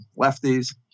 lefties